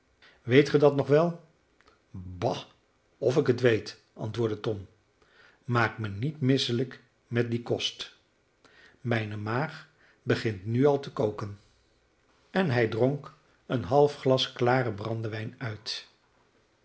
weet ge dat nog wel bah of ik het weet antwoordde tom maak me niet misselijk met dien kost mijne maag begint nu al te koken en hij dronk een half glas klaren brandewijn uit